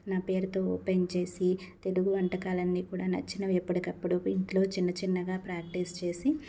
నా పేరుతో ఓపెన్ చేసి తెలుగు వంటకాలన్నీ కూడా నచ్చినవి ఎప్పటికప్పుడు ఇంట్లో చిన్న చిన్నగా ప్రాక్టీస్ చేసి